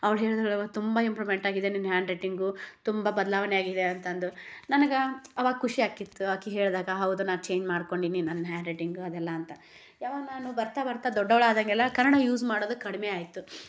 ಅವಳು ಹೇಳಿದಳು ತುಂಬಾ ಇಂಪ್ರೂಮೆಂಟ್ ಆಗಿದೆ ನಿನ್ನ ಹ್ಯಾಂಡ್ರೈಟಿಂಗು ತುಂಬಾ ಬದಲಾವಣೆ ಆಗಿದೆ ಅಂತಂದು ನನಗೆ ಅವಾಗ ಖುಷಿ ಆಕ್ಕಿತ್ತು ಆಕಿ ಹೇಳ್ದಾಗ ಹೌದು ನಾ ಚೇಂಜ್ ಮಾಡ್ಕೊಂಡೀನಿ ನನ್ನ ಹ್ಯಾಂಡ್ರೈಟಿಂಗ್ ಅದೆಲ್ಲ ಅಂತ ಯವಾಗ ನಾನು ಬರ್ತಾ ಬರ್ತಾ ದೊಡ್ಡವಳಾದಂಗೆಲ್ಲ ಕನ್ನಡ ಯೂಸ್ ಮಾಡೋದು ಕಡ್ಮೆ ಆಯಿತು